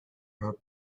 her